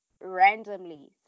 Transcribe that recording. randomly